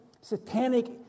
satanic